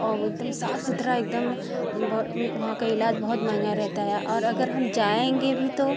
वो एकदम साफ सुथरा एकदम ब वहाँ का इलाज बहुत महँगा रहता है और अगर हम जाएँगे भी तो